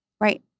Right